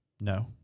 No